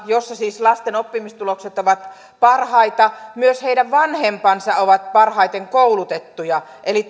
jossa siis lasten oppimistulokset ovat parhaita myös heidän vanhempansa ovat parhaiten koulutettuja eli